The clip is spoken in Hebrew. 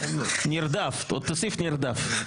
נרדף, תוסיף נרדף.